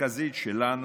מרכזית שלנו,